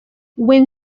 when